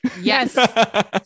Yes